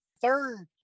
Third